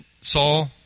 Saul